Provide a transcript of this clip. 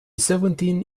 seventeen